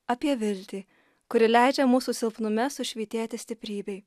apie viltį kuri leidžia mūsų silpnume sušvytėti stiprybei